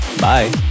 bye